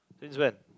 since when